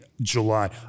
July